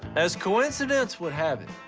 as coincidence would have it,